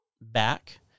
back